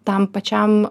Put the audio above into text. tam pačiam